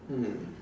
mm